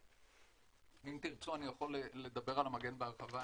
אם תרצו, אני יכול לדבר על המגן בהרחבה.